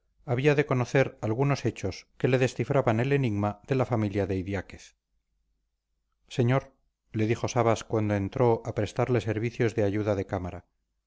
había de conocer algunos hechos que le descifraban el enigma de la familia de idiáquez señor le dijo sabas cuando entró a prestarle servicio de ayuda de cámara